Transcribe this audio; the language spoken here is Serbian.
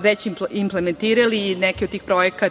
već implementirali, neki od tih projekata